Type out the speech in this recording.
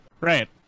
Right